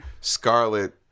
scarlet